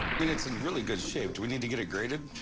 mean, it's in really good shape. do we need to get it graded?